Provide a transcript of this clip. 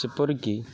ଯେପରିକି